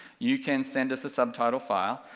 you can send us a subtitle file,